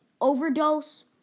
overdose